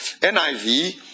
NIV